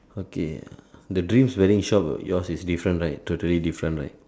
okay the dreams wedding shop yours is different right totally different right